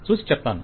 చూసి చెప్తాను